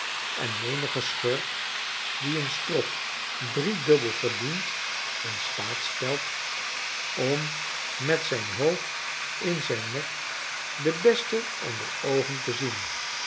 en menigen schurk die een strop driedubbel verdient in staat stelt om met zijn hoofd in zijn nek den besten onder de oogen te zien